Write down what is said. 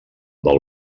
del